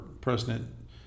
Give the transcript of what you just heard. president